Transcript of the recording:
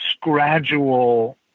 gradual